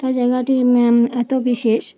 তার জায়গাটির এত বিশেষ